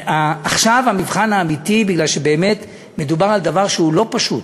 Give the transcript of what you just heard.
עכשיו המבחן האמיתי מפני שבאמת מדובר על דבר שהוא לא פשוט.